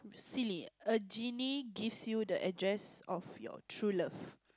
silly a genie gives you the address of your true love